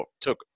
took